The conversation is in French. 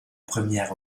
première